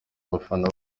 bafana